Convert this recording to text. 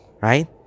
Right